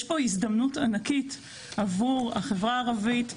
יש פה הזדמנות ענקית עבור החברה הערבית,